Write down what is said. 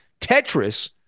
Tetris